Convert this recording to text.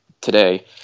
today